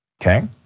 okay